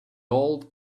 old